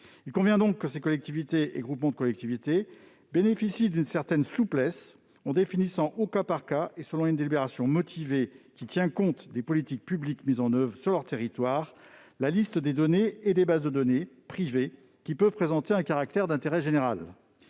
Il convient donc que ces collectivités et groupements de collectivités bénéficient d'une certaine souplesse en définissant au cas par cas, et selon une délibération motivée tenant compte des politiques publiques mises en oeuvre sur leur territoire, la liste des données et des bases de données privées qui peuvent présenter un caractère d'intérêt général.